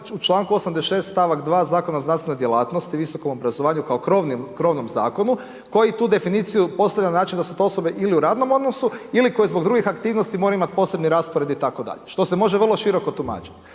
u članku 86. stavak 2. Zakona o znanstvenoj djelatnosti, visokom obrazovanju kao krovnom zakonu koju tu definiciju postavlja na način da su to osobe ili u radnom odnosu ili koje zbog drugih aktivnosti moraju imati posebni raspored itd. što se može vrlo široku tumačiti.